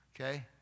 Okay